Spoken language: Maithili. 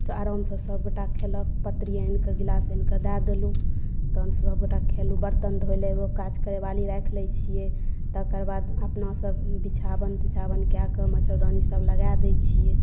तऽ आरामसँ सब गोटा खेलक पतरि आनिकँ गिलास आनिकँ दै देलहुॅं तहन सब गोटा खेलहुॅं बरतन धोयलहुॅं एगो काज करैयवाली राखि लै छियै तकर बाद अपना सब बिछावन तिछावान कए कऽ मछरदानी तछरदानी आनिकँ सब लगा दै छियै